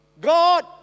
God